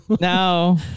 No